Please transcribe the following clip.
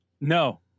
No